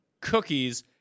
cookies